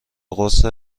قرص